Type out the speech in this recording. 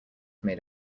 made